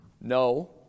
No